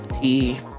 tea